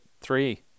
three